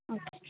okay